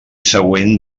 següent